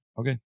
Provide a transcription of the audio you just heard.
Okay